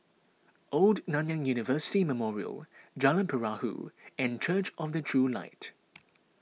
Old Nanyang University Memorial Jalan Perahu and Church of the True Light